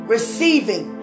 Receiving